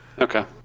Okay